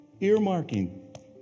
earmarking